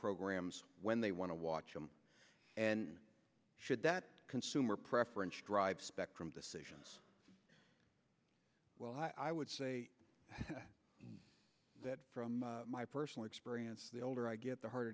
programs when they want to watch them and should that consumer preference drive spectrum decisions well i would say that from my personal experience the older i get the harder